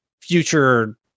future